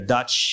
Dutch